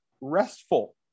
restful